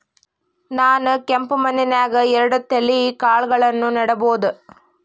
ನಾನ್ ಕೆಂಪ್ ಮಣ್ಣನ್ಯಾಗ್ ಎರಡ್ ತಳಿ ಕಾಳ್ಗಳನ್ನು ನೆಡಬೋದ?